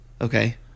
Okay